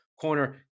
corner